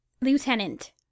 Lieutenant